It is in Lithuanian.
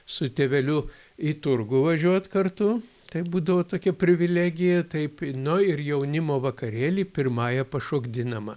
su tėveliu į turgų važiuot kartu tai būdavo tokia privilegija taip nu ir jaunimo vakarėly pirmąja pašokdinama